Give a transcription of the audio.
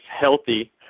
healthy